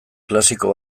klasiko